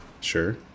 sure